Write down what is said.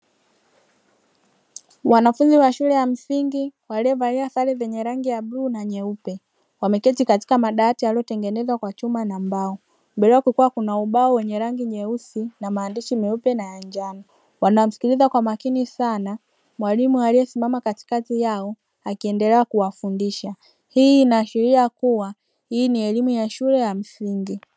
Wanafunzi wa shule ya msingi waliovalia sare zenye rangi ya bluu na nyeupe, wameketi katika madawati yaliyotengenezwa kwa chuma na mbao. Mbele yao kukiwa na ubao wenye rangi nyeusi na maandishi meupe na ya njano. Wanamsikiliza kwa makini sana mwalimu aliyesimama katikati yao akiendelea kuwafundisha, hii inaashiria kuwa hii ni elimu ya shule ya msingi.